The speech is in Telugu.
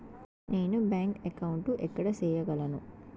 నేను బ్యాంక్ అకౌంటు ఎక్కడ సేయగలను